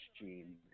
gene